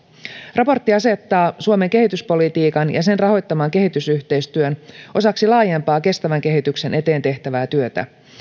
raportti asettaa suomen kehityspolitiikan ja sen rahoittaman kehitysyhteistyön osaksi laajempaa kestävän kehityksen eteen tehtävää työtä